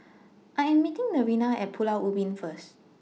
I Am meeting Nevaeh At Pulau Ubin First